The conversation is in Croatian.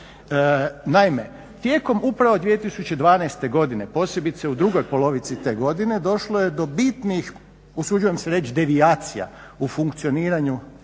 Naime, tijekom upravo 2012.godine posebice u drugoj polovici te godine došlo je do bitnih usuđujem se reći devijacija u funkcioniranju